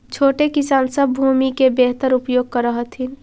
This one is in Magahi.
छोटे किसान सब भूमि के बेहतर उपयोग कर हथिन